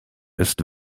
ist